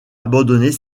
abandonner